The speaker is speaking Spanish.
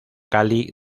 cali